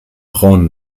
braunen